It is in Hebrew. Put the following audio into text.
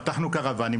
פתחנו קרוואנים,